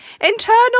internal